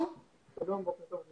שלום, בוקר טוב,